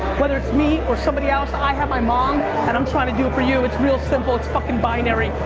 whether it's me or somebody else, i have my mom and i'm trying to do it for you. it's really simple. it's fuckin' binary.